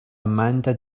amanda